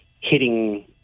hitting